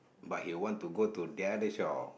but he want to go the other shop